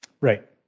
Right